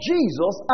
Jesus